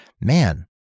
man